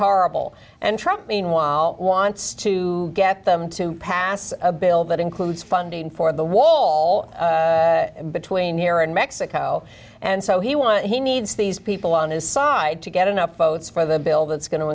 horrible and truck meanwhile wants to to get them to pass a bill that includes funding for the wall between here and mexico and so he want he needs these people on his side to get enough votes for the bill that's going to